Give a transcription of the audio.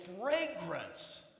fragrance